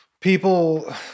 People